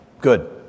good